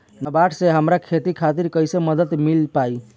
नाबार्ड से हमरा खेती खातिर कैसे मदद मिल पायी?